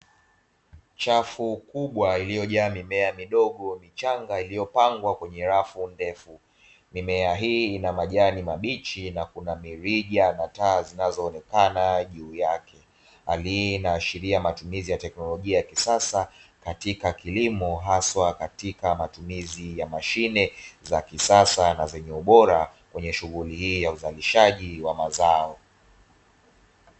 Chafu kubwa iliyojaa mimea midogo michanga iliyopangwa kwenye rafu ndefu, mimea hii ina majani mabichi na kuna mirija na taa zinazoonekana juu yake hali hii inaashiria matumizi ya teknolojia ya kisasa katika kilimo, haswa katika matumizi ya mashine za kisasa na zenye ubora kwenye shughuli hii ya uzalishaji wa mazao.